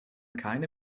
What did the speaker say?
keine